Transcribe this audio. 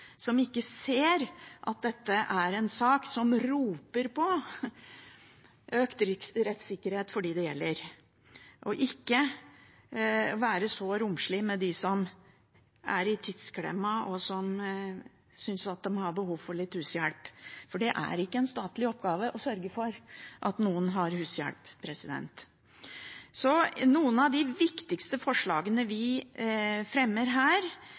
som ikke ser at dette er en sak som roper på økt rettssikkerhet for dem det gjelder, og ikke på å være så romslig med dem som er i tidsklemma og synes de har behov for litt hushjelp. Det er ikke en statlig oppgave å sørge for at noen har hushjelp. Blant de viktigste forslagene vi fremmer her,